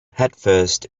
headfirst